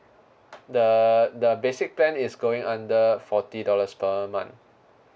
the the basic plan is going under forty dollars per month